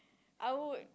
I would